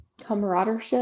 camaraderie